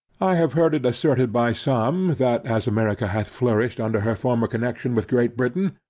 i have heard it asserted by some, that as america hath flourished under her former connexion with great britain,